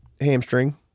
hamstring